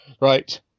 Right